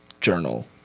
journal